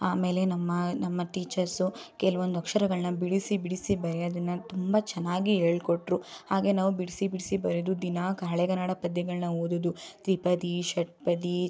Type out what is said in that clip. ಆಮೇಲೆ ನಮ್ಮ ನಮ್ಮ ಟೀಚರ್ಸು ಕೆಲವೊಂದು ಅಕ್ಷರಗಳನ್ನ ಬಿಡಿಸಿ ಬಿಡಿಸಿ ಬರೆಯೋದನ್ನ ತುಂಬ ಚೆನ್ನಾಗಿ ಹೇಳ್ಕೊಟ್ರು ಹಾಗೆಯೇ ನಾವು ಬಿಡಿಸಿ ಬಿಡಿಸಿ ಬರೆದು ದಿನಾ ಹಳೆಗನ್ನಡ ಪದ್ಯಗಳನ್ನ ಓದೋದು ತ್ರಿಪದಿ ಷಟ್ಪದಿ